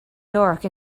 york